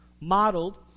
modeled